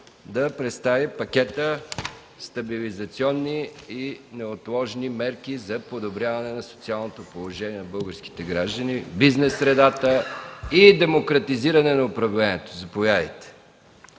да представите пакета „Стабилизационни и неотложни мерки за подобряване на социалното положение на българските граждани, бизнес средата и демократизиране на управлението”.